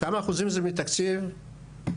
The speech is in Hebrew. כמה אחוזים היא מהתקציב שמאושר?